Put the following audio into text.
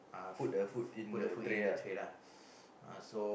put the food in the tray ah